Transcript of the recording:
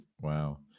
Wow